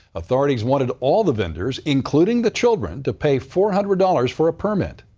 authorities wanted all the vendors, including the children, to pay four hundred dollars for a permit.